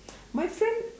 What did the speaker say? my friend